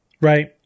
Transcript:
Right